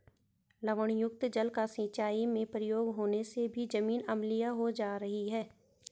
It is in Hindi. लवणयुक्त जल का सिंचाई में प्रयोग होने से भी जमीन अम्लीय हो जा रही है